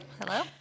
Hello